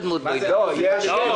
הארוך.